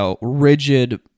rigid